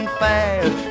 fast